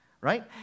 right